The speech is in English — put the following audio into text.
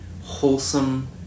wholesome